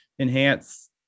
Enhance